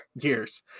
years